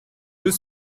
deux